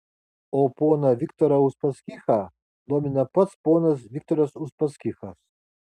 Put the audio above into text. o poną viktorą uspaskichą domina pats ponas viktoras uspaskichas